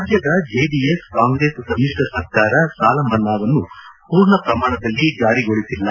ರಾಜ್ಯದ ಜೆಡಿಎಸ್ ಕಾಂಗ್ರೆಸ್ ಸಮಿತ್ರ ಸರ್ಕಾರ ಸಾಲ ಮನ್ನಾವನ್ನು ಪೂರ್ಣಪ್ರಮಾಣದಲ್ಲಿ ಜಾರಿಗೊಳಿಸಲ್ಲ